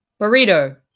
Burrito